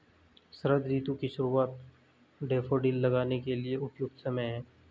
शरद ऋतु की शुरुआत डैफोडिल लगाने के लिए उपयुक्त समय है